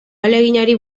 ahaleginari